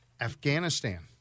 Afghanistan